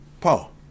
Paul